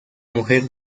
mujer